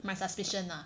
my suspicion lah